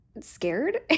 scared